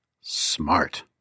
smart